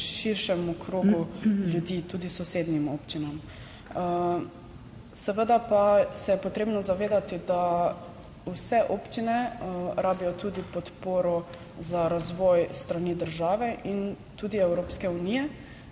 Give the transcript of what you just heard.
širšemu krogu ljudi, tudi sosednjim občinam. Seveda pa se je potrebno zavedati, da vse občine rabijo tudi podporo za razvoj s strani države in tudi Evropske unije,